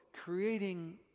creating